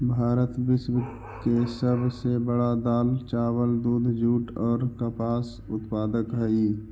भारत विश्व के सब से बड़ा दाल, चावल, दूध, जुट और कपास उत्पादक हई